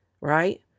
right